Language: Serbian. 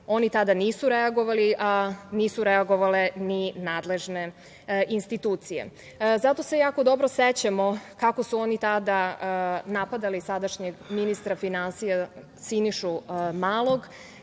oni tada nisu reagovali, a nisu reagovale ni nadležne institucije. Zato se jako dobro sećamo kako su oni tada napadali sadašnjeg ministra finansija Sinišu Malog